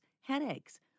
headaches